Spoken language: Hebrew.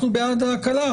אנחנו בעד ההקלה,